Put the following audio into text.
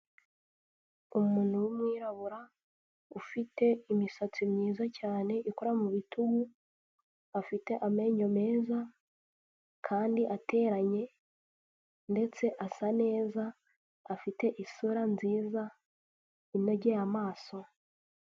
Umuntu w'umwirabura ufite imisatsi myiza cyane ikora mu bitugu afite amenyo meza kandi ateranye ndetse asa neza afite isura nziza inogeye amaso.